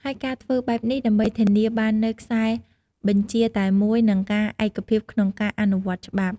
ហើយការធ្វើបែបនេះ ដើម្បីធានាបាននូវខ្សែបញ្ជាតែមួយនិងការឯកភាពក្នុងការអនុវត្តច្បាប់។